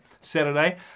Saturday